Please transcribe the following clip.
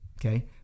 okay